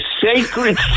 sacred